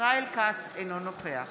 ישראל כץ, אינו נוכח